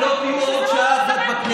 אתם לא תהיו עוד שעה אחת בכנסת.